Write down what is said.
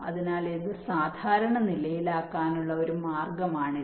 അതിനാൽ ഇത് സാധാരണ നിലയിലാക്കാനുള്ള ഒരു മാർഗമാണിത്